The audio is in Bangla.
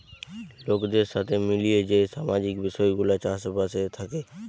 লোকদের সাথে মিলিয়ে যেই সামাজিক বিষয় গুলা চাষ বাসে থাকে